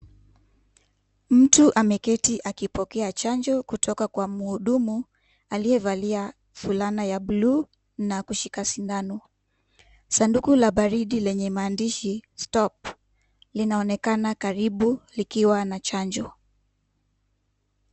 Mtu ameketi akipokea chanjo kutoka kwa mhudumu aliyevalia fulana ya blue na kushika sindano. Sanduku la baridi lenye maandishi stop linaonekana karibu likiwa na chanjo.